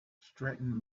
stratton